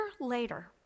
later